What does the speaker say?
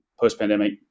post-pandemic